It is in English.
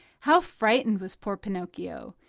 how frightened was poor pinocchio!